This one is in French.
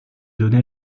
donné